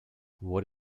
what